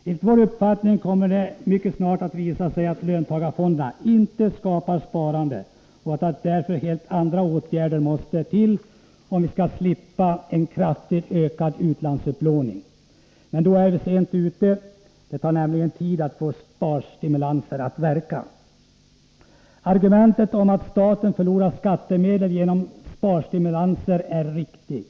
Enligt vår uppfattning kommer det mycket snart att visa sig att löntagarfonderna inte skapar sparande och att därför helt andra åtgärder måste till, om vi skall slippa en kraftigt ökad utlandsupplåning. Men då är vi sent ute. Det tar nämligen tid att få sparstimulanser att börja verka. Argumentet att staten förlorar skattemedel genom sparstimulanser är riktigt.